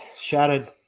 shattered